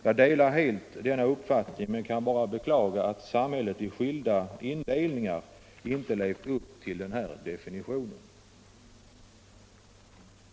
Jag delar helt den uppfattningen men kan bara beklaga att samhället vid olika indelningar inte har levt upp till den definitionen.